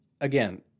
again